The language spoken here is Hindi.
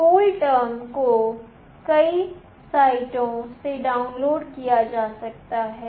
कूल टर्म को कई साइटों से डाउनलोड किया जा सकता है